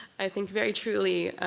i think very truly